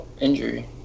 injury